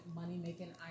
money-making